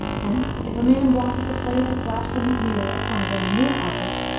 hence, if a man watches the play of the flash from his mirror upon a very near object,